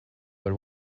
but